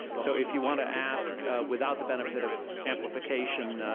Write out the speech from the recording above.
so if you want to ask without the benefit of amplification,